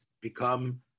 become